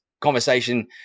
conversation